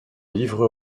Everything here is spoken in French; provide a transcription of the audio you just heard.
livre